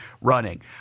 running